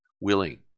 willing